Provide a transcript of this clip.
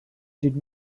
did